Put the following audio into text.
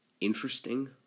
interesting